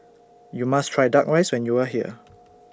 YOU must Try Duck Rice when YOU Are here